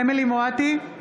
אמילי חיה מואטי,